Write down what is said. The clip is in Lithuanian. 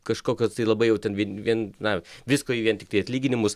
kažkokio tai labai jau ten vie vien na visko į vien tiktai atlyginimus